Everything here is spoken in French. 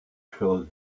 chose